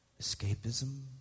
escapism